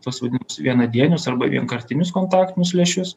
tuos vadinamus vienadienius arba vienkartinius kontaktinius lęšius